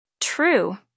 True